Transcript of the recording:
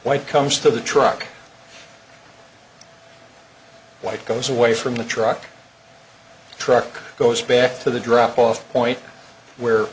white comes to the truck white goes away from the truck truck goes back to the drop off point where